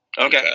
Okay